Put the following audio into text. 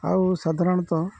ଆଉ ସାଧାରଣତଃ